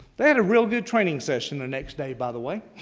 they had a real good training session the next day, by the way.